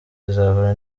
izahura